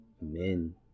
men